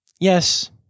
Yes